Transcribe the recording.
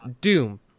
Doom